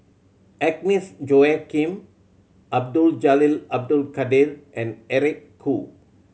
Agnes Joaquim Abdul Jalil Abdul Kadir and Eric Khoo